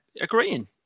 agreeing